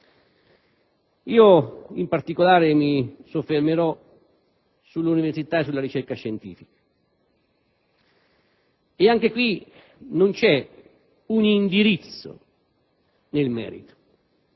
In particolare, mi soffermerò sull'università e sulla ricerca scientifica; anche in questo caso non vi è un indirizzo nel merito.